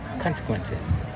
consequences